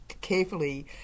carefully